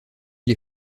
les